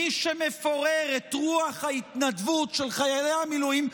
מי שמפורר את רוח ההתנדבות של חיילי המילואים,